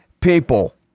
people